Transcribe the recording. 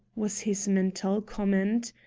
was his mental comment,